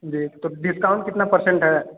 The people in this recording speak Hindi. जी तो डिस्काउंट कितना परसेंट है